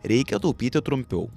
reikia taupyti trumpiau